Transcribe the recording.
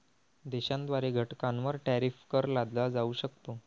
देशाद्वारे घटकांवर टॅरिफ कर लादला जाऊ शकतो